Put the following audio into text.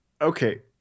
Okay